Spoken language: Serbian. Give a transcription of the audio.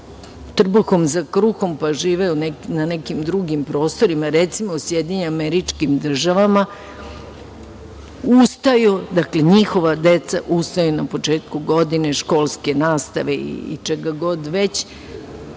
trbuhom za kruhom, pa živeli na nekim drugim prostorima, recimo u Sjedinjenim Američkim Državama, njihova deca ustaju na početku godine, školske nastave i čega god već